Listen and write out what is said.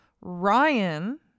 Ryan